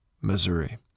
Missouri